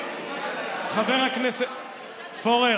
חבר הכנסת, פורר,